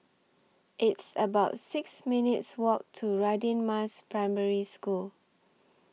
It's about six minutes' Walk to Radin Mas Primary School